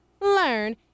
learn